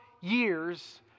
years